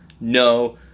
no